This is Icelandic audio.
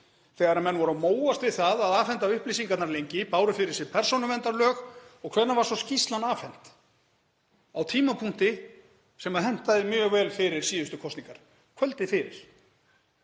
þegar menn voru að móast við að afhenda upplýsingarnar lengi, báru fyrir sig persónuverndarlög. Og hvenær var svo skýrslan afhent? Á tímapunkti sem hentaði mjög vel fyrir síðustu kosningar, kvöldið fyrir.